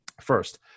first